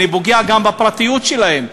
אני פוגע גם בפרטיות שלהם,